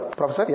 professor S